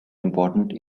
important